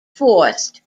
forced